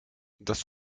das